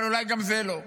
אבל אולי גם זה לא.